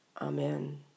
Amen